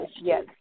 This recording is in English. Yes